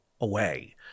away